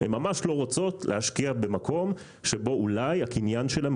הן ממש לא רוצות להשקיע במקום שבו אולי הקניין שלהן,